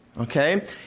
Okay